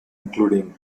including